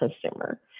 consumer